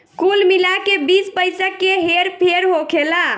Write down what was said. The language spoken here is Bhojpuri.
कुल मिला के बीस पइसा के हेर फेर होखेला